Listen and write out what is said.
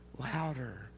louder